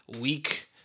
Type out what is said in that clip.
week